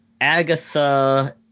agatha